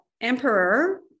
emperor